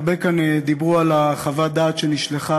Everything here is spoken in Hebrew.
הרבה כאן דיברו על חוות הדעת שנשלחה